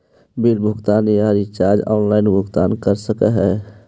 Bill भुगतान या recharge online भुगतान कर सकते हैं?